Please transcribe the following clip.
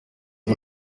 ubu